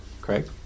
Craig